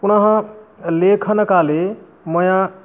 पुनः लेखनकाले मया